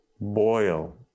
boil